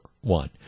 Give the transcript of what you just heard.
one